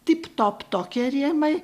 tip top tokie rėmai